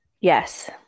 Yes